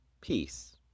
peace